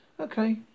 Okay